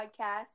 Podcast